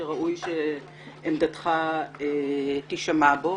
שראוי שעמדתך תישמע בו.